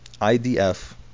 IDF